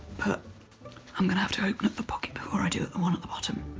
but i'm going to have to open up the pocket before i do the one at the bottom.